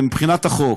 מבחינת החוק.